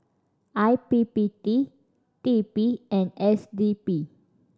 I P P T T P and S D P